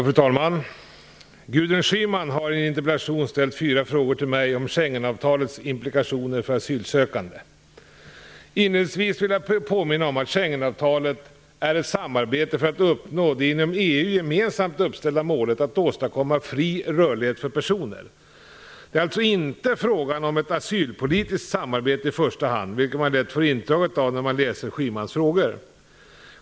Fru talman! Gudrun Schyman har i en interpellation ställt fyra frågor till mig om Schengenavtalets implikationer för asylsökande. Inledningsvis vill jag påminna om att Schengenavtalet är ett samarbete för att uppnå det inom EU gemensamt uppställda målet att åstadkomma fri rörlighet för personer. Det är alltså inte fråga om ett asylpolitiskt samarbete i första hand vilket man lätt får intryck av när man läser Schymans frågor.